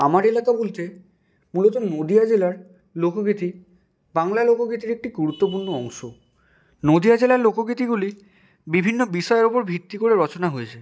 আমার এলাকা বলতে মূলত নদীয়া জেলার লোকগীতি বাংলা লোকগীতির একটি গুরুত্বপূর্ণ অংশ নদীয়া জেলার লোকগীতিগুলি বিভিন্ন বিষয়ের ওপর ভিত্তি করে রচনা হয়েছে